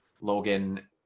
Logan